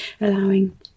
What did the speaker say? allowing